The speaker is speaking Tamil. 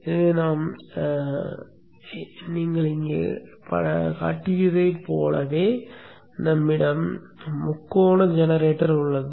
எனவே நீங்கள் இங்கே காட்டியதைப் போலவே நம்மிடம் முக்கோண ஜெனரேட்டர் உள்ளது